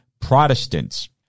Protestants